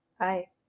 Hi